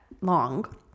long